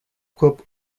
club